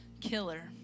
Killer